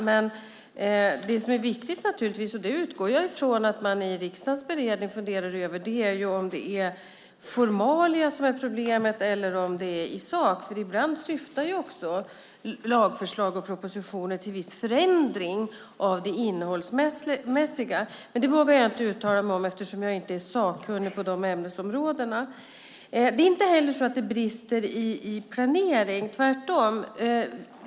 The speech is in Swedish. Men vad som är viktigt är att man funderar på - jag utgår från att man vid riksdagens beredning gör det - om det är formalia som är problemet eller om det handlar om något i sak. Ibland syftar ju lagförslag och propositioner till viss förändring innehållsligt, men det vågar jag inte uttala mig om eftersom jag inte är sakkunnig på de ämnesområdena. Det är inte heller så att det brister i planeringen - tvärtom!